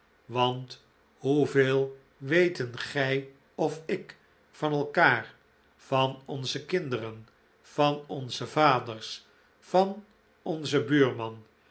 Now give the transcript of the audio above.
want hoeveel weten gij of ik van elkaar van onze kinderen van onze vaders van onzen buurman